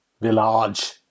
Village